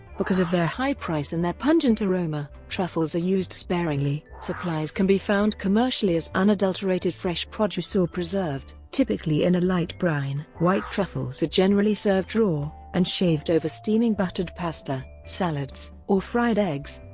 because of their high price and their pungent aroma, truffles are used sparingly. supplies can be found commercially as unadulterated fresh produce or preserved, typically in a light brine. white truffles are generally served raw, and shaved shaved over steaming buttered pasta, salads, or fried eggs.